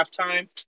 halftime